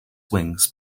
wings